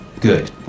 Good